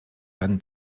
dann